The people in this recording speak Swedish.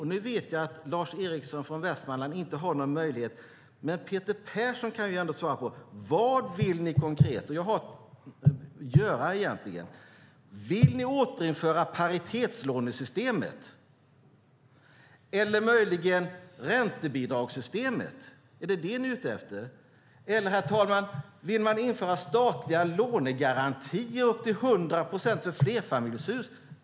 Jag vet att Lars Eriksson från Västmanland inte har möjlighet att svara, men Peter Persson kan väl ändå svara på vad ni egentligen vill göra konkret. Vill ni återinföra paritetslånesystemet? Eller är det möjligen räntebidragssystemet ni är ute efter? Eller vill man införa statliga lånegarantier upp till 100 procent för flerfamiljshus, herr talman?